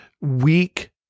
weak